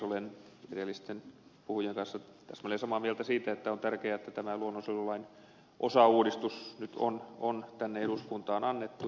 olen edellisten puhujien kanssa täsmälleen samaa mieltä siitä että on tärkeää että tämä luonnonsuojelulain osauudistus nyt on tänne eduskuntaan annettu